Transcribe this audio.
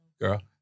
girl